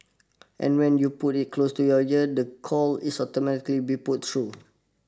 and when you put it close to your ear the call is automatically be put through